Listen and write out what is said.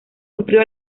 sufrió